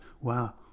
wow